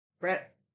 Brett